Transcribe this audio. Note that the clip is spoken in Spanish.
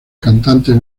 cantantes